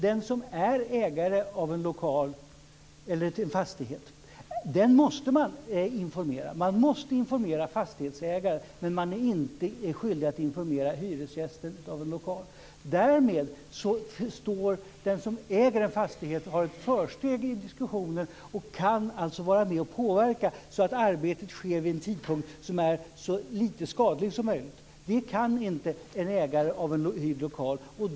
Den som är ägare av en lokal eller en fastighet måste informeras. Man måste informera fastighetsägaren, men man är inte skyldig att informera hyresgästen i en lokal. Den som äger en fastighet har ett försteg i diskussionen och kan alltså vara med och påverka så att arbetet sker vid en tidpunkt som ger så få skador som möjligt. Det kan inte en hyresgäst till en hyrd lokal.